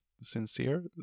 sincere